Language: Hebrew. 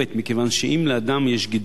מכיוון שאם לאדם יש גידול,